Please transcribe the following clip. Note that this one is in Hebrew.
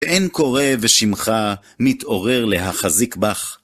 ואין קורא בשמך מתעורר להחזיק בך